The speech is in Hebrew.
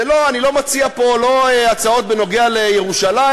אני לא מציע פה לא הצעות בנוגע לירושלים,